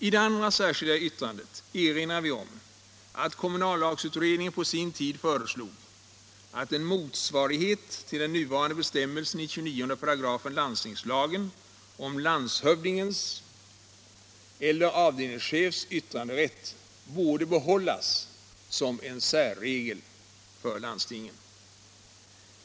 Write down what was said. I det andra särskilda yttrandet erinrar vi om att kommunallagsutredningen på sin tid föreslog att en motsvarighet till den nuvarande bestämmelsen i 29 § landstingslagen om landshövdingens eller avdelningschefs yttranderätt borde behållas som en särregel för landstingen.